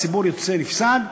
והציבור יוצא נפסד.